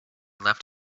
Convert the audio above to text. left